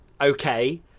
okay